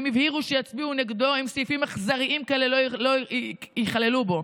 הם הבהירו שיצביעו נגדו אם סעיפים אכזריים כאלה ייכללו בו.